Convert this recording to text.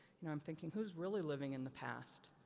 you know i'm thinking, whose really living in the past?